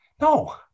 No